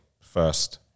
first